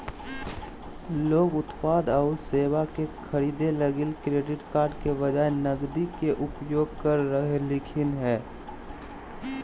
लोग उत्पाद आऊ सेवा के खरीदे लगी क्रेडिट कार्ड के बजाए नकदी के उपयोग कर रहलखिन हें